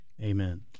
Amen